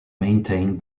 maintained